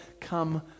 come